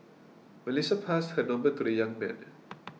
Melissa passed her number to the young man